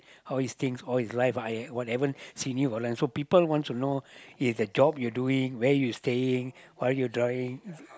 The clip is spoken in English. how is things all his life I haevn't seen you for long so people wants to know is the job you doing where you staying what you driving